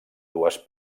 dues